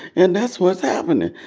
and that's what's happening.